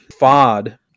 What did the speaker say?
FOD